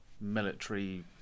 military